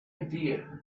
idea